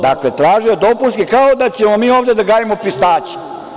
Dakle, tražio je dopunski, kao da ćemo mi ovde da gajimo pistaće.